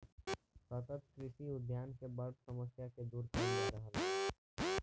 सतत कृषि खाद्यान के बड़ समस्या के दूर कइल जा रहल बा